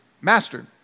master